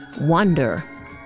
wonder